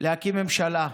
להקים ממשלה.